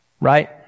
Right